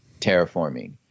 terraforming